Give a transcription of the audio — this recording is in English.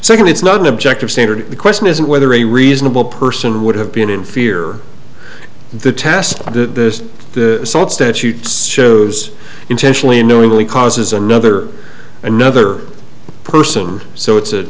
second it's not an objective standard the question isn't whether a reasonable person would have been in fear of the test i did this the statute shows intentionally knowingly causes another another person so it's a